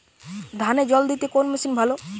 ধানে জল দিতে কোন মেশিন ভালো?